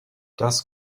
das